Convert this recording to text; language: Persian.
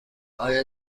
آیا